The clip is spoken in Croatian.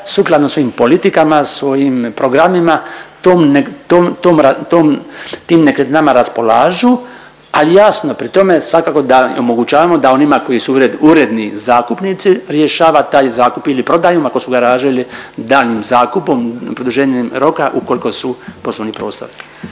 sukladno svojim politikama, svojim programima, tom ne…, tom, tom ra…, tom, tim nekretninama raspolažu, ali jasno pri tome svakako da omogućavamo da onima koji su uredni zakupnici rješava taj zakup ili prodaju, ako su garaže ili daljnjim zakupom produženje roka ukoliko su poslovni prostori.